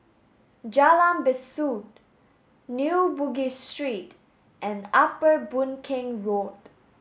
Jalan Besut New Bugis Street and Upper Boon Keng Road